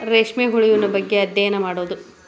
ರೇಶ್ಮೆ ಹುಳುವಿನ ಬಗ್ಗೆ ಅದ್ಯಯನಾ ಮಾಡುದು